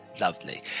Lovely